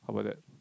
how bout that